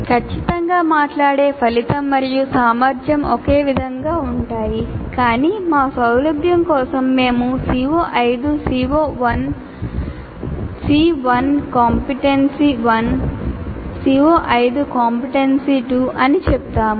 ఖచ్చితంగా మాట్లాడే ఫలితం మరియు సామర్థ్యం ఒకే విధంగా ఉంటాయి కాని మా సౌలభ్యం కోసం మేము CO5 C1 CO5 కాంపిటెన్సీ 2 అని చెప్తాము